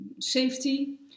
Safety